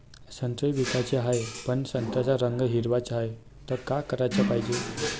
संत्रे विकाचे हाये, पन संत्र्याचा रंग हिरवाच हाये, त का कराच पायजे?